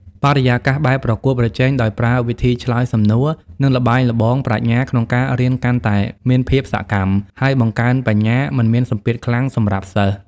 បរិយាកាសបែបប្រកួតប្រជែង ដោយប្រើវិធីឆ្លើយសំណួរ និងល្បែងល្បងប្រាជ្ញាក្នុងការរៀនកាន់តែមានភាពសកម្ម ហើយបង្កើនបញ្ញា មិនមានសម្ពាធខ្លាំងសម្រាប់សិស្ស។